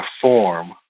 form